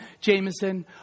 Jameson